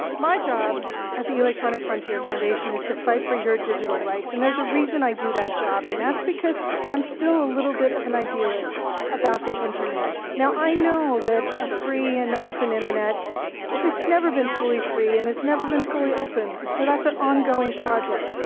my job at the electronic frontier foundation is to fight for your digital rights, and there's a reason i do that job. and that's because i'm still a little bit of an idealist about the internet. now, i know that a free and open internet well, it's never been fully free, and it's never been fully open, so that's an ongoing project.